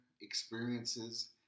experiences